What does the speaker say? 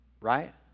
right